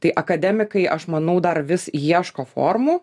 tai akademikai aš manau dar vis ieško formų